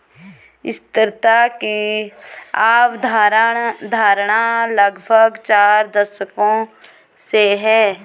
स्थिरता की अवधारणा लगभग चार दशकों से है